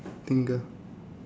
think ah